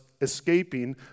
escaping